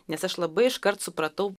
nes aš labai iškart supratau